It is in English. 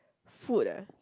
food ah